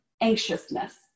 anxiousness